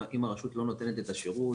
אם הרשות לא נותנת את השירות,